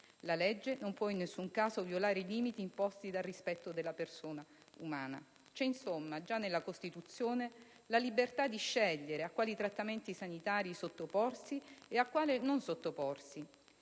La legge non può in nessun caso violare i limiti imposti dal rispetto della persona umana". C'è, insomma, già nella Costituzione la libertà di scegliere a quali trattamenti sanitari sottoporsi e a quali non sottoporsi.